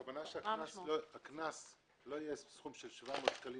הכוונה היא שהקנס לא יהיה סכום של 700 שקלים